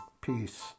Peace